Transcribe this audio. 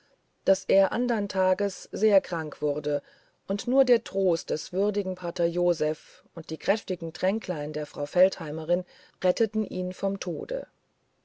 daß er des andern tages sehr krank wurde und nur der trost des würdigen pater joseph und die kräftigen tränklein der frau feldheimerin retteten ihn vom tode